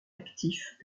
actif